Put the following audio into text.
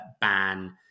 ban